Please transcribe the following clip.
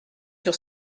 sur